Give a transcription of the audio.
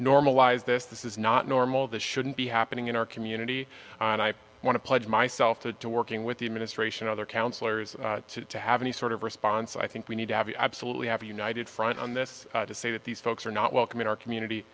normalize this this is not normal this shouldn't be happening in our community and i want to pledge myself to working with the administration other counselors to have any sort of response i think we need to have you absolutely have a united front on this to say that these folks are not welcome in our community